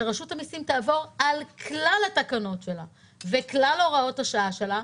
שרשות המיסים תעבור על כלל התקנות שלה וכלל הוראות השעה שלה,